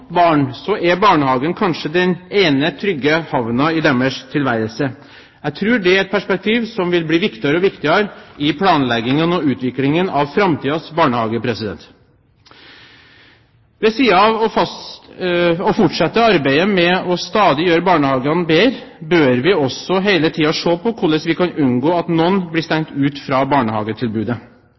barn er barnehagen kanskje den ene trygge havnen i deres tilværelse. Jeg tror det er et perspektiv som vil bli viktigere og viktigere i planleggingen og utviklingen av framtidens barnehager. Ved siden av å fortsette arbeidet med å stadig gjøre barnehagene bedre bør vi også hele tiden se på hvordan vi kan unngå at noen blir stengt ute fra barnehagetilbudet.